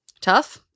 tough